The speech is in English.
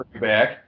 back